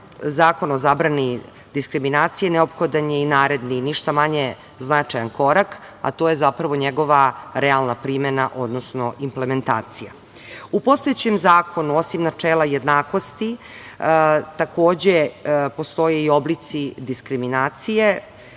zakona o zabrani diskriminacije, neophodan je i naredni i ništa manje značajan korak, a to je njegova realna primena, odnosno implementacija.U postojećem zakonu, osim načela jednakosti takođe postoje i oblici diskriminacije